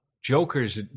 Joker's